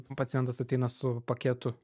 pacientas ateina su paketu